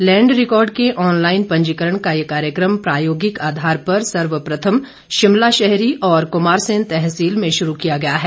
land record के online पंजीकरण का ये कार्यक्रम प्रायोगिक आधार पर सर्वप्रथम शिमला शहरी और कुमारसैन तहसील में शुरू किया गया है